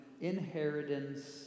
inheritance